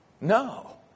No